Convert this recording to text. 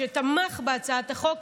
שתמך בהצעת החוק,